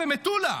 במטולה.